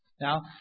Now